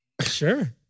Sure